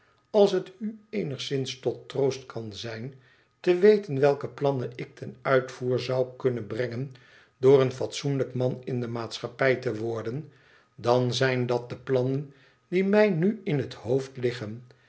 als het u eenigszins tot troost kan zijn te weten welke plannen ik ten uitvoer zou kunnen brengen door een fatsoenlijk man in de maatschappij te worden dan zijn dat de plannen die mij nu in het hoofd liggen